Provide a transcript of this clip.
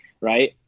right